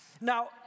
Now